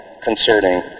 concerning